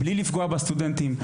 בלי לפגוע בסטודנטים,